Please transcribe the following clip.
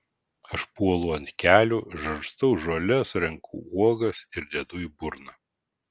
aš puolu ant kelių žarstau žoles renku uogas ir dedu į burną